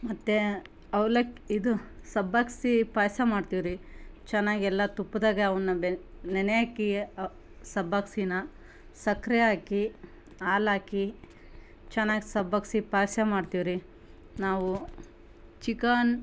ಮತ್ತು ಅವಲಕ್ಕಿ ಇದು ಸಬ್ಬಕ್ಕಿ ಪಾಯಸ ಮಾಡ್ತೀವ್ರಿ ಚೆನ್ನಾಗಿ ಎಲ್ಲ ತುಪ್ಪದಾಗ ಅವನ್ನ ಬೆ ನೆನೆ ಹಾಕಿ ಸಬ್ಬಕ್ಕಿನ ಸಕ್ಕರೆ ಹಾಕಿ ಹಾಲ್ ಹಾಕಿ ಚೆನ್ನಾಗಿ ಸಬ್ಬಕ್ಕಿ ಪಾಯಸ ಮಾಡ್ತೀವ್ರಿ ನಾವು ಚಿಕನ್